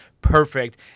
perfect